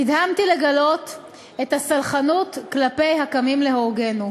נדהמתי לגלות את הסלחנות כלפי הקמים להורגנו.